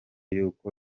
y’uko